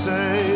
Say